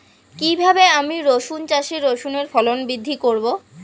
কীভাবে আমি রসুন চাষে রসুনের ফলন বৃদ্ধি করব?